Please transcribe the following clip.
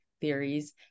theories